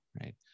right